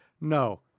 No